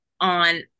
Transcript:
on